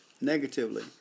negatively